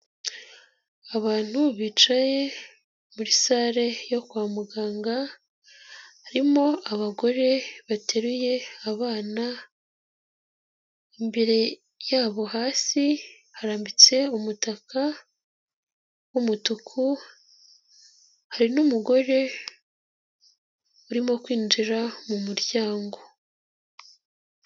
Abantu bicaye muri sale yo kwa muganga, harimo abagore bateruye abana, imbere yabo hasi harambitse umutaka w'umutuku, hari n'umugore urimo kwinjira mu muryango.